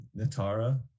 Natara